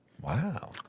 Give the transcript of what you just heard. Wow